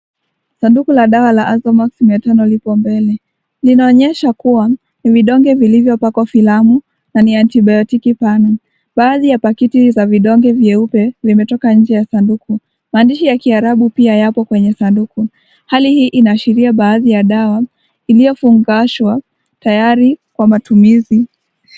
Sanduku la dawa la Azomax 500 lipo mbele. Linaonyesha kuwa ni vidonge vilivyopakwa filamu na ni antibayotiki pana. Baadhi ya pakiti za vidonge vyeupe vimetoka nje ya sanduku. Maandishi ya kiarabu pia yapo kwenye sanduku. Hali hii inaashiria baadhi ya dawa iliyofungashwa tayari kwa matumizi.